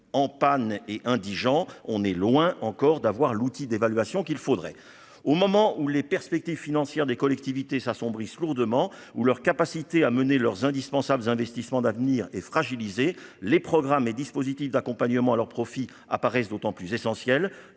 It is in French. en panne et indigents, on est loin encore d'avoir l'outil d'évaluation qu'il faudrait, au moment où les perspectives financières des collectivités s'assombrissent lourdement ou leur capacité à mener leurs indispensable investissements d'avenir et fragilisé les programmes et dispositifs d'accompagnement à leur profit apparaissent d'autant plus essentiel